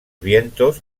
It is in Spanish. vientos